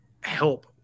help